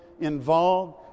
involved